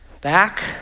back